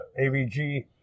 AVG